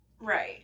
Right